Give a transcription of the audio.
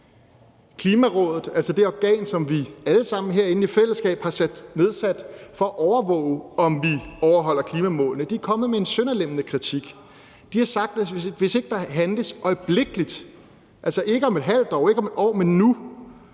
Klimarådet, altså det organ, som vi alle sammen herinde i fællesskab har nedsat for at overvåge, om vi overholder klimamålene, er kommet med en sønderlemmende kritik. De har sagt, at hvis der ikke handles øjeblikkeligt, altså ikke om et ½ år og ikke om 1 år, men nu,